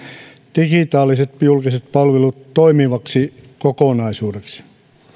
digitaaliset julkiset palvelut toimivaksi kokonaisuudeksi